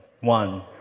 One